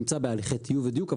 נמצא בהליכי טיוב ודיוק,